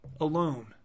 alone